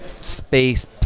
space